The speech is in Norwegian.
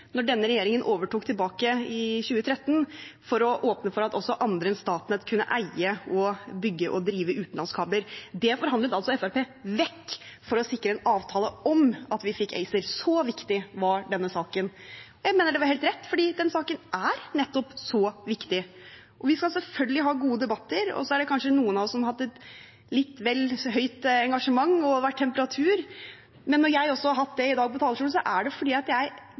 denne regjeringen overtok tilbake i 2013, for å åpne for at også andre enn Statnett kunne eie og bygge og drive utenlandskabler. Det forhandlet altså Fremskrittspartiet vekk for å sikre en avtale om at vi fikk ACER. Så viktig var denne saken. Jeg mener det var helt rett, fordi denne saken er nettopp så viktig. Vi skal selvfølgelig ha gode debatter. Og så er det kanskje noen av oss som har hatt et litt vel høyt engasjement – det har vært temperatur. Men når jeg også har hatt det i dag på talerstolen, er det fordi jeg genuint mener at